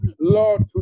Lord